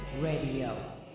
radio